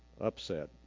upset